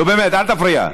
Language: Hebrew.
נו, באמת, אל תפריע.